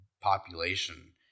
population